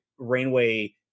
rainway